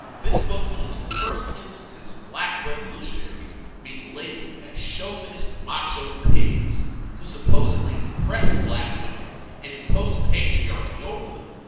this book was one of the first instances of black revolutionaries being labeled as chauvinist macho pigs who supposedly oppressed black women and imposed patriarchy over them.